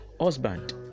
Husband